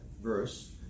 verse